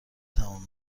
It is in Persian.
تمام